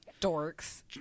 dorks